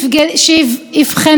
תדברי על העניין.